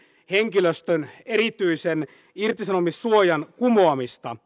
henkilöstön erityisen irtisanomissuojan kumoamista